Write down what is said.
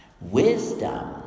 Wisdom